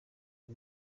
aya